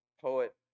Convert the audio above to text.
Poet